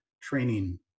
training